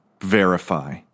verify